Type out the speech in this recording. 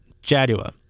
Jadua